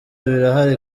birahari